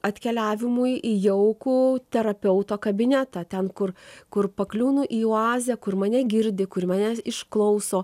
atkeliavimui į jaukų terapeuto kabinetą ten kur kur pakliūnu į oazę kur mane girdi kur mane išklauso